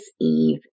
Eve